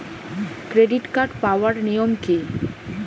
Credit card পাওয়ার নিয়ম কী?